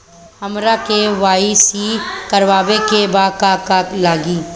हमरा के.वाइ.सी करबाबे के बा का का लागि?